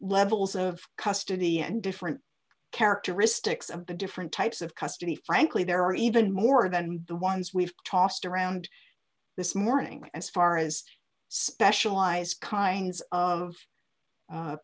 levels of custody and different characteristics of the different types of custody frankly there are even more than the ones we've tossed around this morning as far as specialized kinds of